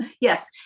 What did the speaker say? Yes